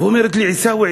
ואומרת לי: עיסאווי,